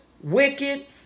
wicked